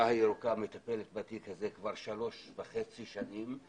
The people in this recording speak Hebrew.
הירוקה מטפלת בתיק הזה כבר שלוש וחצי שנים,